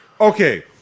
Okay